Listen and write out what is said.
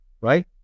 right